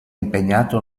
impegnato